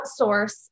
outsource